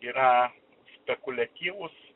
yra spekuliatyvūs